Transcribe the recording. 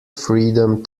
freedom